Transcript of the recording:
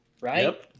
right